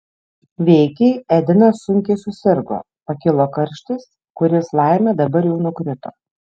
veikiai edenas sunkiai susirgo pakilo karštis kuris laimė dabar jau nukrito